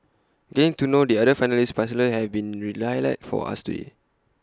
getting to know the other finalists personally have been relight light for us today